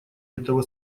этого